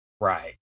Right